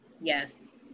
Yes